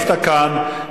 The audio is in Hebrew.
ישבת כאן,